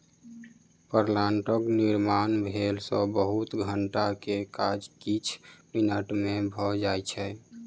प्लांटरक निर्माण भेला सॅ बहुत घंटा के काज किछ मिनट मे भ जाइत छै